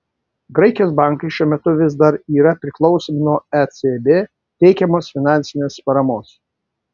graikijos bankai šiuo metu vis dar yra priklausomi nuo ecb teikiamos finansinės paramos